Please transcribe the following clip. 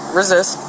resist